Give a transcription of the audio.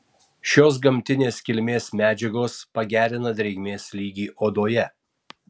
šios gamtinės kilmės medžiagos pagerina drėgmės lygį odoje